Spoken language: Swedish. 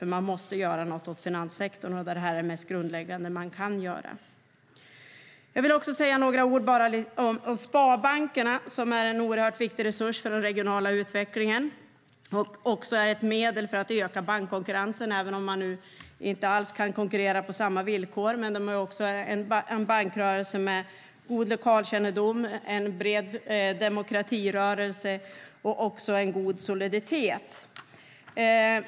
Man måste göra något åt finanssektorn, och det här är det mest grundläggande man kan göra. Jag vill också säga några ord om sparbankerna. De är en oerhört viktig resurs för den regionala utvecklingen och ett medel för att öka bankkonkurrensen, även om man inte alls kan konkurrera på samma villkor. Det är också en bankrörelse med god lokalkännedom, en bred demokratirörelse och har god soliditet.